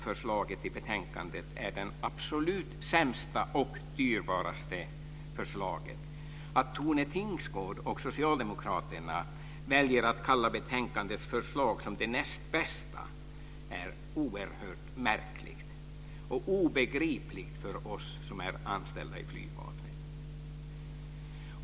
Förslaget i betänkandet är det absolut sämsta och dyrbaraste förslaget. Att Tone Tingsgård och socialdemokraterna väljer att kalla betänkandet förslag det näst bästa är oerhört märkligt och obegripligt för oss som är anställda i Flygvapnet.